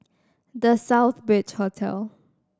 The Southbridge Hotel